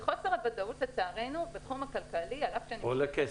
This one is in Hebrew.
וחוסר הוודאות לצערנו בתחום הכלכלי --- עולה כסף.